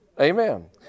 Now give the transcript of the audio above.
Amen